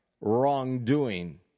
wrongdoing